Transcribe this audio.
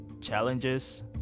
challenges